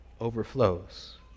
overflows